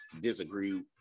disagree